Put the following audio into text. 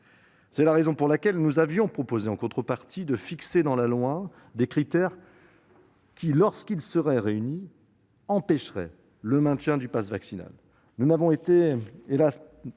C'est la raison pour laquelle nous avions proposé, à la place, de fixer dans la loi des critères qui, lorsqu'ils seraient réunis, empêcheraient le maintien du passe vaccinal.